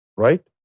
Right